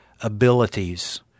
abilities